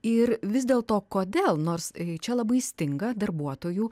ir vis dėlto kodėl nors čia labai stinga darbuotojų